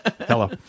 Hello